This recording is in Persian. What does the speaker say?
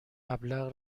مبلغ